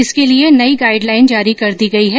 इसके लिए नई गाईडलाईन जारी कर दी गई हैं